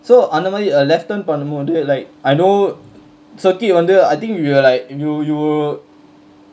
so அந்தமாரி:anthamaari left turn பண்ணு மோது:pannu mothu like I know circuit வந்து:vanthu I think we were like you you